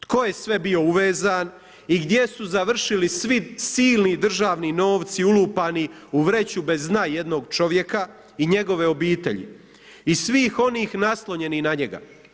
Tko je sve bio uvezan i gdje su završili svi silni državni novci ulupani u vreću bez dna jednog čovjeka i njegove obitelji i svih onih naslonjenih na njega.